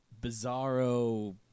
bizarro